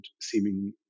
seeming